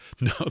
No